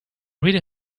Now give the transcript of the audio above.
really